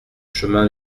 chemin